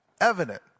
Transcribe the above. evident